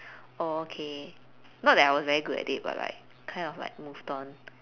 oh okay not that I really was very good at it but like kind of like moved on